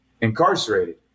incarcerated